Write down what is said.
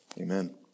Amen